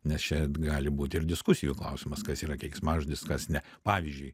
nes čia gali būti ir diskusijų klausimas kas yra keiksmažodis kas ne pavyzdžiui